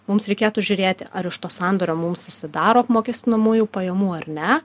mums reikėtų žiūrėti ar iš to sandorio mums susidaro apmokestinamųjų pajamų ar ne